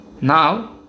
Now